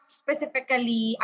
specifically